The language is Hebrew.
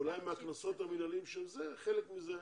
אולי מהקנסות המינהליים, ברגע